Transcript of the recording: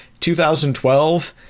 2012